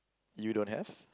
you don't have